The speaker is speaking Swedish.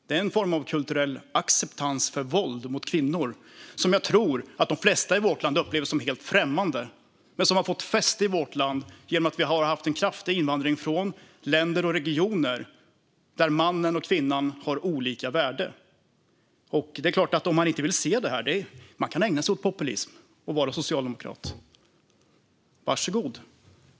Detta är en form av kulturell acceptans för våld mot kvinnor som jag tror att de flesta i vårt land upplever som helt främmande men som har fått fäste i vårt land genom att vi har haft en kraftig invandring från länder och regioner där mannen och kvinnan har olika värde. Om man inte vill se det här kan man ägna sig åt populism och vara socialdemokrat - var så god!